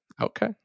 Okay